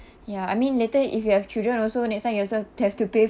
ya I mean later if you have children also next time you also have to pay